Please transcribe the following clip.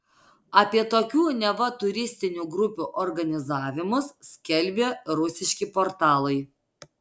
apie tokių neva turistinių grupių organizavimus skelbė rusiški portalai